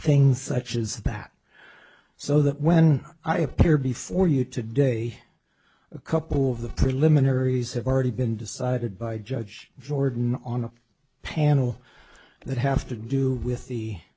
things such as that so that when i appear before you today a couple of the preliminaries have already been decided by judge jordan on the panel that have to do with the